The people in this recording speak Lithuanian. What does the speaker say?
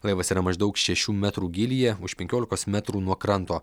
laivas yra maždaug šešių metrų gylyje už penkiolikos metrų nuo kranto